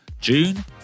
June